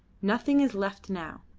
nothing is left now.